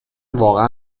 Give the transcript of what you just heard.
واقعا